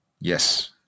Yes